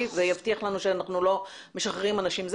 ויבטיח לנו שאנחנו לא משחררים אנשים.